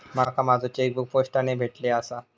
माका माझो चेकबुक पोस्टाने भेटले आसा